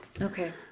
Okay